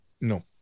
no